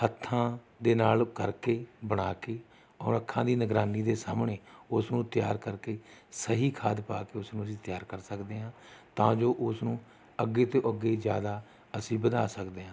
ਹੱਥਾਂ ਦੇ ਨਾਲ ਕਰਕੇ ਬਣਾ ਕੇ ਔਰ ਅੱਖਾਂ ਦੀ ਨਿਗਰਾਨੀ ਦੇ ਸਾਹਮਣੇ ਉਸ ਨੂੰ ਤਿਆਰ ਕਰਕੇ ਸਹੀ ਖਾਦ ਪਾ ਕੇ ਉਸ ਨੂੰ ਅਸੀਂ ਤਿਆਰ ਕਰ ਸਕਦੇ ਹਾਂ ਤਾਂ ਜੋ ਉਸ ਨੂੰ ਅੱਗੇ ਤੋਂ ਅੱਗੇ ਜ਼ਿਆਦਾ ਅਸੀਂ ਵਧਾ ਸਕਦਾ ਹਾਂ